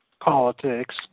politics